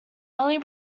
only